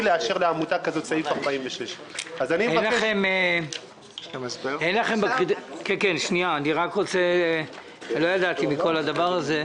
לאשר לעמותה כזאת לפי סעיף 46. לא ידעתי על הדבר הזה.